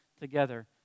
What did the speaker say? together